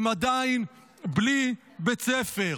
הם עדיין בלי בית ספר.